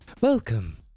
Welcome